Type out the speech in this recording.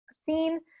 seen